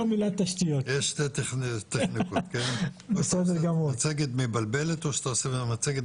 אנחנו רוצים שתהיה מצגת מסדרת ולא מצגת